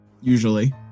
usually